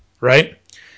right